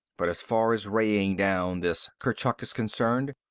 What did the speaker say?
but as far as raying down this kurchuk is concerned,